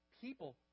people